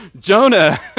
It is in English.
Jonah